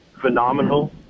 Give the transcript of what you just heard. phenomenal